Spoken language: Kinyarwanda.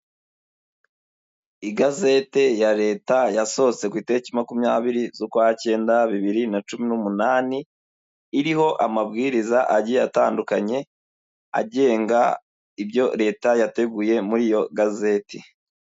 Igazete ya leta yasohotse ku itariki makumyabiri z'ukwa cyenda bibiri na cumi n'umunani, iriho amabwiriza agiye atandukanye agenga ibyo leta yateguye muri iyo gazeti.